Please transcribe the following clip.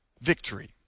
victory